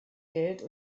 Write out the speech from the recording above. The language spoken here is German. geld